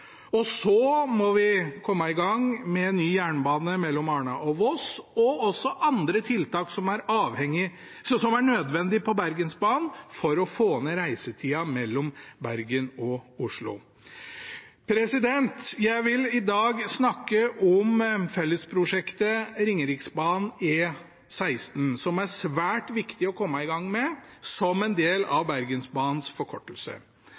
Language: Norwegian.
Ringeriksbanen. Så må vi komme i gang med ny jernbane mellom Arna og Voss og andre tiltak som er nødvendig på Bergensbanen for å få ned reisetida mellom Bergen og Oslo. Jeg vil i dag snakke om fellesprosjektet Ringeriksbanen/E16, som det er svært viktig å komme i gang med som en del av Bergensbanens forkortelse.